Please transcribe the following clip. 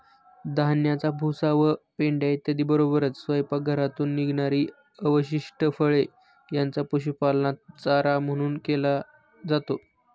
धान्याचा भुसा व पेंढा इत्यादींबरोबरच स्वयंपाकघरातून निघणारी अवशिष्ट फळे यांचा पशुपालनात चारा म्हणून केला जातो